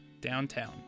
downtown